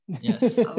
yes